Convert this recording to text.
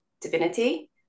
Divinity